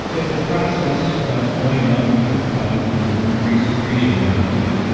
the the process of going to altitude causes an increase secretion of epo.